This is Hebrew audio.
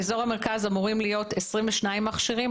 באזור המרכז אמורים להיות 22 מכשירים,